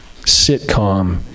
sitcom